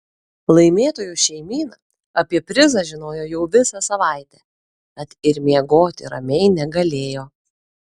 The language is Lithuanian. laimėtojų šeimyna apie prizą žinojo jau visą savaitę tad ir miegoti ramiai negalėjo